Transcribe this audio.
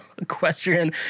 Equestrian